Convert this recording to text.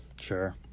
Sure